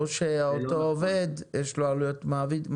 או שאותו עובד יש לו עלויות מעביד.